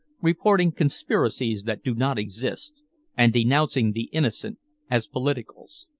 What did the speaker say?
reporting conspiracies that do not exist and denouncing the innocent as politicals.